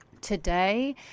today